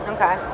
Okay